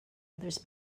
others